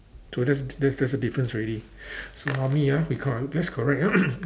so that's that's that's the difference already so how many ah we count that's correct ah